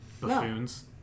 buffoons